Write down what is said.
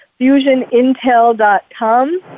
FusionIntel.com